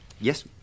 Yes